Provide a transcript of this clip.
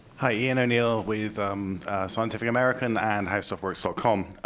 hi, ian o'neill with um scientific american and howstuffworks ah com.